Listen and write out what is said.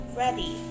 ready